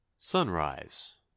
sunrise